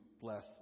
bless